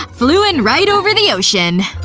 flew in right over the ocean.